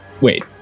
Wait